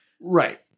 Right